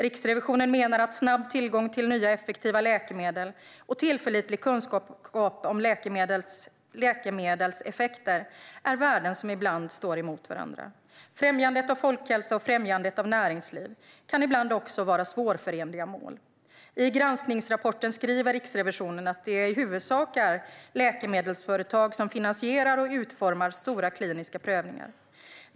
Riksrevisionen menar att snabb tillgång till nya effektiva läkemedel och tillförlitlig kunskap om läkemedels effekter är värden som ibland står emot varandra. Främjandet av folkhälsa och främjandet av näringsliv kan ibland också vara svårförenliga mål. I granskningsrapporten skriver Riksrevisionen att det i huvudsak är läkemedelsföretag som finansierar och utformar stora kliniska prövningar.